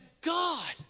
God